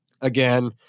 again